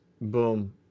boom